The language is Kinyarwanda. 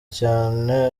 cyane